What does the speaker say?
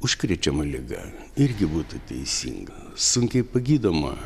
užkrečiama liga irgi būtų teisinga sunkiai pagydoma